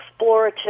explorative